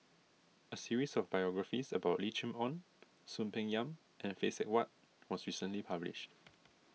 a series of biographies about Lim Chee Onn Soon Peng Yam and Phay Seng Whatt was recently published